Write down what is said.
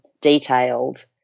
detailed